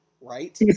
right